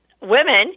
women